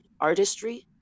artistry